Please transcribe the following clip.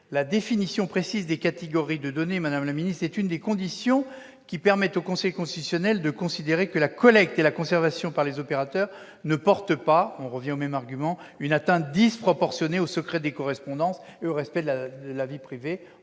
la définition précise des catégories de données, madame la ministre, est une des conditions permettant au Conseil constitutionnel de considérer que la collecte et la conservation par les opérateurs ne portent pas une atteinte disproportionnée au secret des correspondances et au respect de la vie privée.